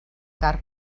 car